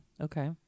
Okay